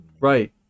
right